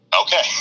Okay